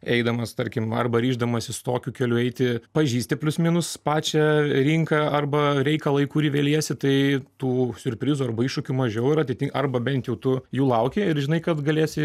eidamas tarkim arba ryždamasis tokiu keliu eiti pažįsti plius minus pačią rinką arba reikalą į kurį veliesi tai tų siurprizų arba iššūkių mažiau ir ateity arba bent jau tų jų lauki ir žinai kad galėsi